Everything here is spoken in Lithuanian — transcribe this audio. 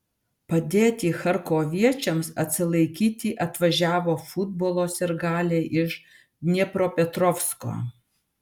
padėti charkoviečiams atsilaikyti atvažiavo futbolo sirgaliai iš dniepropetrovsko